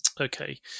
Okay